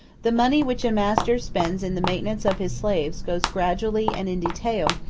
the money which a master spends in the maintenance of his slaves goes gradually and in detail,